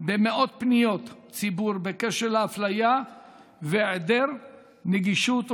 במאות פניות ציבור בקשר לאפליה והיעדר נגישות,